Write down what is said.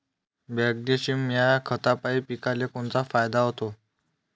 Magnesium ह्या खतापायी पिकाले कोनचा फायदा होते?